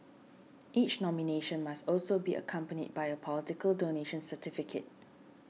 each nomination must also be accompanied by a political donation certificate